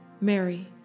Mary